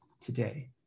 today